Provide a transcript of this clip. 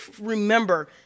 remember